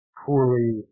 poorly